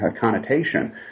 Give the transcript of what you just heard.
connotation